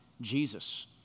Jesus